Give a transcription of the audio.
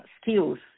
skills